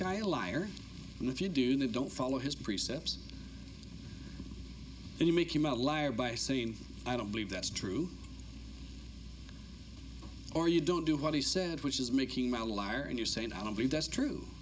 guy a liar and if you do don't follow his precepts and you make him a liar by saying i don't believe that's true or you don't do what he said which is making my liar and you saying i don't believe that's true